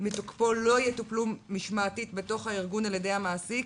מתוקפו לא יטופלו משמעתית בתוך הארגון על ידי המעסיק,